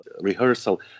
rehearsal